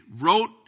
wrote